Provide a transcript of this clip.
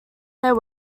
their